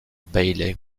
bailey